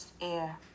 air